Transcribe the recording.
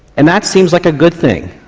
and that seems like a good thing,